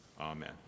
Amen